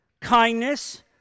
kindness